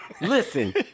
Listen